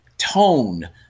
Tone